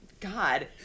God